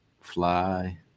Fly